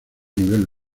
nivel